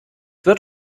wird